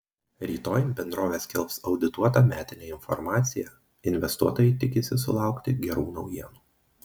rytoj bendrovė skelbs audituotą metinę informaciją investuotojai tikisi sulaukti gerų naujienų